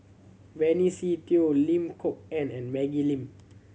Benny Se Teo Lim Kok Ann and Maggie Lim